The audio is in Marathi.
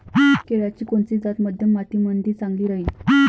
केळाची कोनची जात मध्यम मातीमंदी चांगली राहिन?